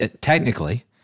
technically